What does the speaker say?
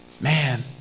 man